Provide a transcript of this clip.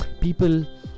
people